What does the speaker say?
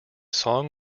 song